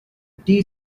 tea